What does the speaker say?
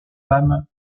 femme